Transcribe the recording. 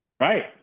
Right